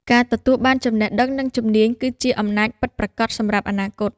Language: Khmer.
ការទទួលបានចំណេះដឹងនិងជំនាញគឺជាអំណាចពិតប្រាកដសម្រាប់អនាគត។